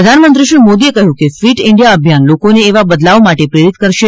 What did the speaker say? પ્રધાનમંત્રી શ્રી મોદીએ કહ્યું કે ફિટ ઇન્ડિયા અભિયાન લોકોને એવા બદલાવ માટે પ્રેરિત કરશે